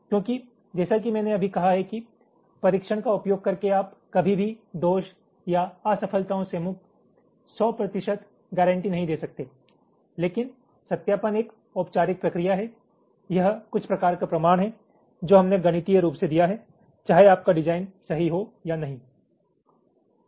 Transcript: क्योंकि जैसा कि मैंने अभी कहा है कि परीक्षण का उपयोग करके आप कभी भी दोष या असफलताओं से मुक्त 100 प्रतिशत गारंटी नहीं दे सकते लेकिन सत्यापन एक औपचारिक प्रक्रिया है यह कुछ प्रकार का प्रमाण है जो हमने गणितीय रूप से दिया है चाहे आपका डिजाइन सही हो या नहीं